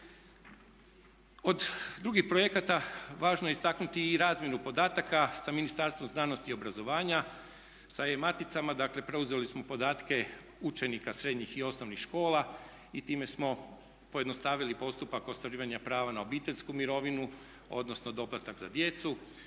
Od drugih projekata važno je istaknuti i razmjenu podataka sa Ministarstvo znanosti i obrazovanja, sa E-maticama, dakle preuzeli smo podatke učenika srednjih i osnovnih škola i time smo pojednostavili postupak ostvarivanja prava na obiteljsku mirovinu, odnosno doplatak za djecu.